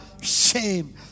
shame